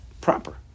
proper